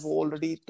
already